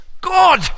God